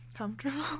Comfortable